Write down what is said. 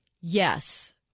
Yes